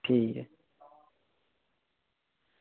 ठीक ऐ